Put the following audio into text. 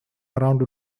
around